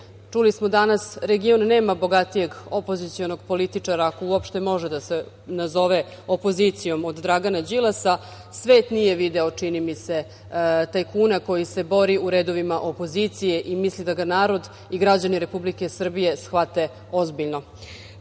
čuli smo danas, region nema bogatijeg opozicionog političara, ako uopšte može da se nazove opozicijom od Dragana Đilasa, svet nije video, čini mi se, tajkuna koji se bori u redovima opozicije i misli da ga narod i građani Republike Srbije shvate ozbiljno. Dugo